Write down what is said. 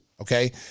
Okay